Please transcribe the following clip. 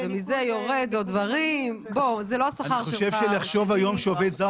ומזה יורדים עוד דברים --- לחשוב שעובד זר